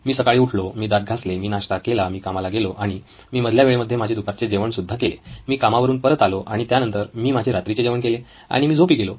मी सकाळी उठलो मी दात घासले मी नाश्ता केला मी कामाला गेलो आणि मी मधल्या वेळे मध्ये माझे दुपारचे जेवण सुद्धा केले मी कामावरून परत आलो आणि त्यानंतर मी माझे रात्रीचे जेवण केले आणि मी झोपी गेलो